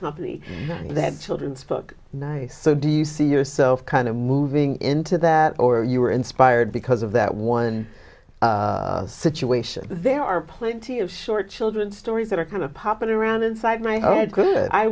company that children's book nice so do you see yourself kind of moving into that or you were inspired because of that one situation there are plenty of short children stories that are kind of popular around inside my head good i